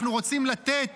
אנחנו רוצים לתת